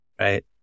Right